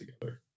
together